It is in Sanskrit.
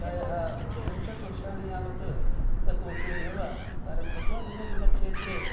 प्रायः त्रिंशत् वर्षाणियावत् वित्तकोषे एव कार्यं कृत्वा भिन्नभिन्नक्षेत्रे